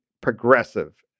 progressive